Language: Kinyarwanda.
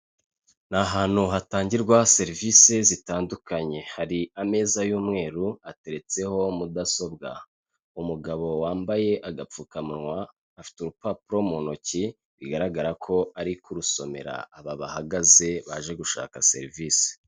Ni ahantu hatangirwa serivise zitandukanye, hari ameza y'umweru ateretseho mudasobwa, umugabo wambaye agapfukamunwa, afite urupapuro mu ntoki, bigaragara ko ari kurusomera aba bahagaze, baje gushaka serivise.